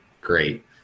great